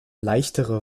leichtere